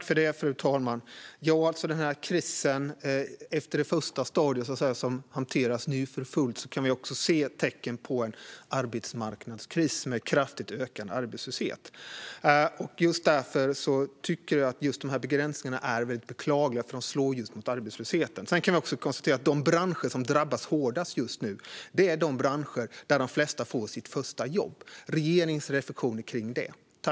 Fru talman! Efter det första stadiet av krisen, som nu hanteras för fullt, kan vi se tecken på en arbetsmarknadskris med kraftigt ökande arbetslöshet. Just därför tycker jag att begränsningarna är beklagliga, för de slår när det gäller arbetslösheten. Vi kan konstatera att de branscher som drabbas hårdast just nu är de branscher där de flesta får sitt första jobb. Vad är regeringens reflektioner kring detta?